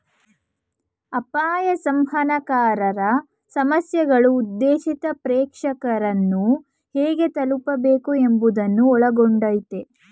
ಅಪಾಯ ಸಂವಹನಕಾರರ ಸಮಸ್ಯೆಗಳು ಉದ್ದೇಶಿತ ಪ್ರೇಕ್ಷಕರನ್ನು ಹೇಗೆ ತಲುಪಬೇಕು ಎಂಬುವುದನ್ನು ಒಳಗೊಂಡಯ್ತೆ